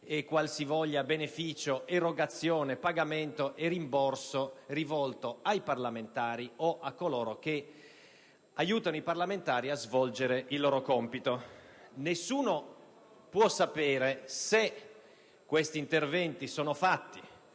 qualsivoglia beneficio (erogazione, pagamento e rimborso) rivolto ad essi o a coloro che li aiutano a svolgere il loro compito. Nessuno può sapere se questi interventi sono fatti